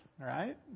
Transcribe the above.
right